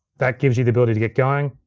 that gives you the ability to get going,